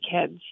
kids